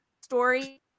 story